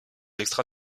extra